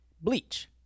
bleach